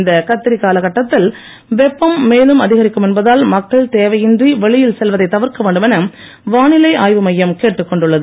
இந்த கத்திரி கால வெப்பம் மேலும் அதிகரிக்கும் என்பதால் மக்கள் கட்டத்தில் தேவையின்றி வெளியில் செல்வதை தவிர்க்க வேண்டும் என வானிலை ஆய்வு மையம் கேட்டுக் கொண்டுள்ளது